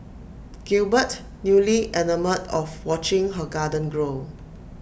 Gilbert newly enamoured of watching her garden grow